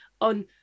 on